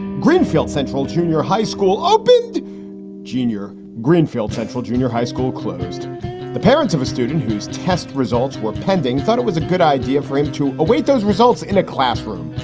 greenfield central junior high school opened junior greenfield central junior high school closed the parents of a student whose test results were pending and thought it was a good idea for him to await those results in a classroom.